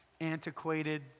antiquated